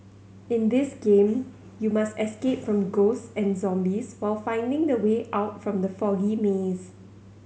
in this game you must escape from ghosts and zombies while finding the way out from the foggy maze